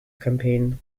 campaign